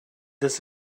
does